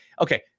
okay